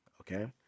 okay